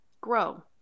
grow